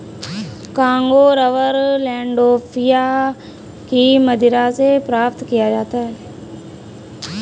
Congo rubber Landolphia की मदिरा से प्राप्त किया जाता है